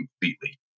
completely